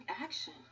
action